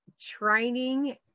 training